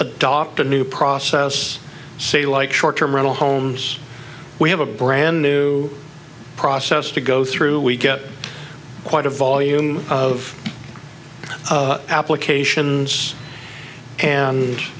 adopt a new process say like short term rental homes we have a brand new process to go through we get quite a volume of applications and